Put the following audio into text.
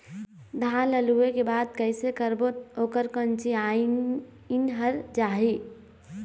धान ला लुए के बाद कइसे करबो त ओकर कंचीयायिन हर जाही?